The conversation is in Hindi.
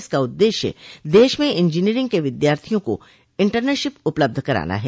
इसका उद्देश्य देश में इंजीनियरिंग के विद्यार्थियों को इंटर्नशिप उपलब्ध कराना है